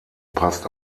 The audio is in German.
passt